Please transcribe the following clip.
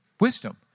Wisdom